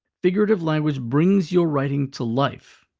figurative language brings your writing to life.